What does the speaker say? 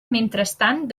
mentrestant